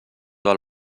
del